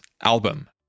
album